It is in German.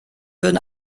würden